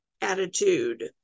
attitude